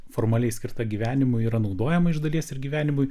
formaliai skirta gyvenimui yra naudojama iš dalies ir gyvenimui